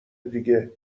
دیگه